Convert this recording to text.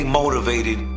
motivated